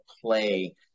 play